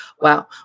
Wow